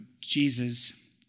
Jesus